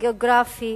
גיאוגרפי,